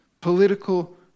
political